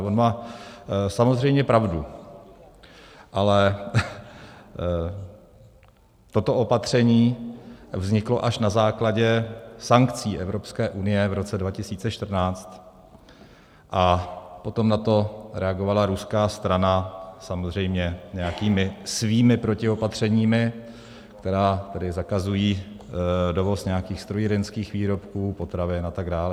On má samozřejmě pravdu, ale toto opatření vzniklo až na základě sankcí Evropské unie v roce 2014 a potom na to reagovala ruská strana samozřejmě nějakými svými protiopatřeními, která zakazují dovoz nějakých strojírenských výrobků, potravin atd.